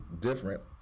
different